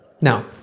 Now